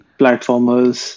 platformers